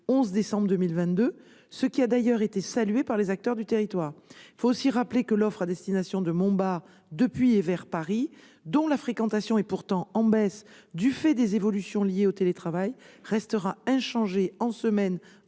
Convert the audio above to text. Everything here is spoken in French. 11 décembre 2022, ce qui a d'ailleurs été salué par les acteurs du territoire. Il faut aussi rappeler que l'offre entre Paris et Montbard, dont la fréquentation est pourtant en baisse du fait des évolutions liées au télétravail, restera inchangée en semaine